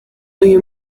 uyu